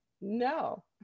No